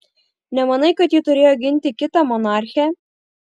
nemanai kad ji turėjo ginti kitą monarchę